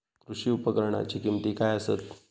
कृषी उपकरणाची किमती काय आसत?